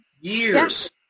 Years